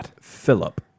Philip